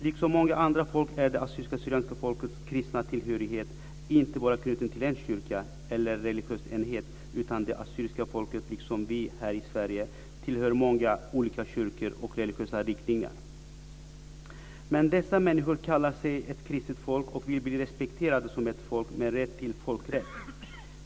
Liksom många andra folk är det assyrisk/syriskanska folkets kristna tillhörighet inte bara knuten till en kyrka eller religiös enhet, utan det assyriska folket liksom vi här i Sverige tillhör många olika kyrkor och religiösa riktningar. Men dessa människor kallar sig ett kristet folk och vill bli respekterade som ett folk med rätt till folkrätt.